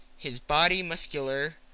his body muscular,